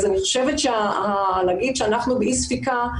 אז אני חושבת שלהגיד שאנחנו באי ספיקה,